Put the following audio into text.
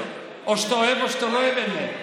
או שאתה אוהב או שאתה לא אוהב אמת.